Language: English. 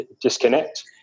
disconnect